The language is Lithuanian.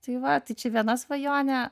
tai va tai čia viena svajonė